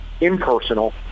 impersonal